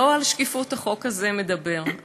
לא על שקיפות החוק הזה מדבר.